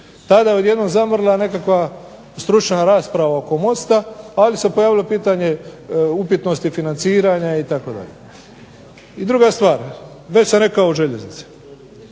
tada je odjednom zamrla nekakva stručna rasprava oko mosta, ali se pojavilo pitanje upitnosti financiranja itd. I druga stvar, već sam rekao o željeznici,